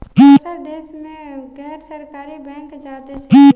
दोसर देश मे गैर सरकारी बैंक ज्यादे चलेला